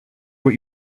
what